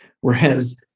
Whereas